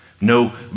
no